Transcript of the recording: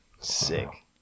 sick